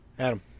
Adam